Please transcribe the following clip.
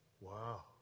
Wow